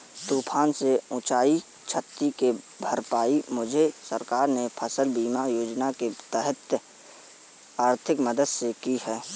तूफान से पहुंची क्षति की भरपाई मुझे सरकार ने फसल बीमा योजना के तहत आर्थिक मदद से की है